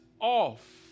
off